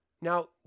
Now